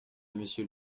monsieur